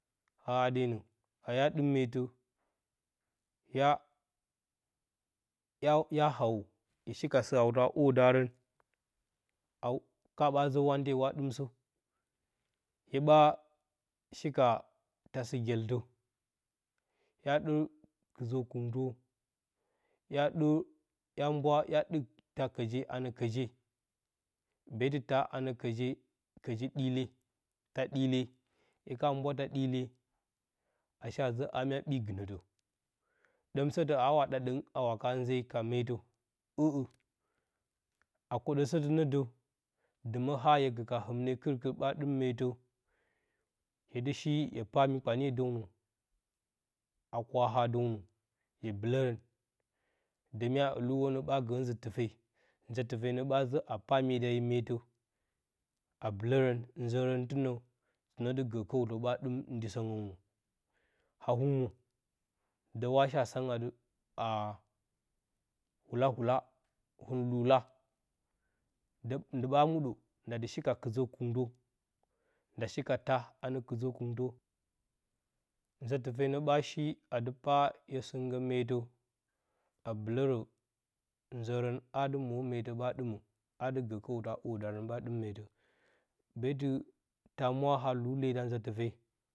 A hadene, a hya ɗɨm meetə hya, hya hawo yo shika st-autə a hwoɗarən au, ka ɓaa zə wante wa ɗəmsə, hya ɓaa shika taa sipls-gyeltə hya ɗɨm kɨzə-kungtə, hya ɗər, hya mbwa, aya ɗɨk taa kəje a nə kəje, beetɨ taa anə kəje, kəji ɗɨle, taa ɗɨle, hye ka mbua taa ɗɨle a shee zə a mya ɓi gɨnətədə, ɗəm sətə a wa ɗa ɗəng a waka nze ke meet ə'ə a kwoɗəsətə nə də, ɗə mə har hye gəka hɨmne kɨrkɨr, ɓə ɗɨm meetə, hye dɨ shi a pag mi- kpanye dəwnə a hwa kwawa dəwnə hye bɨlərən də mya hu wonə ɓa gə nzə tɨpe, nzə-tɨfenə ɓaa zə a paa mye da yo meetə a bɨlərə, nzərə tinə nə dɨ gə kəutə, ɓa ɗɨm ndisə ngəwnə, a hwun mwo, də wa shea san ati a, wula wula, hin luu la, də ndɨ ɓaa muuɗə, nda dɨ shika kɨzə-kung tə, nda shika tag anə kɨzə-kungtə. Nzə-tɨfe nə ɓa shi, adɨ, paa, ye sɨngngə meetə, a bɨlərə nzərən a dɨ mwo meetə ɓa ɗɨmə, a dɨ gə kəutə a hwodarən ɓa dɨm meetə, beetɨta mwa a luu lee da nzə tɨfe.